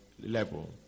level